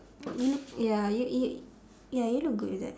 you look ya you you ya you look good with that